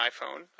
iPhone